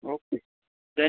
okay then